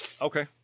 Okay